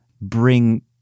bring